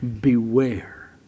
Beware